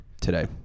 today